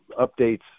updates